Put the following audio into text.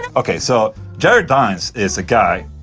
and okay, so jared dines is a guy.